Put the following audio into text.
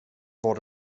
var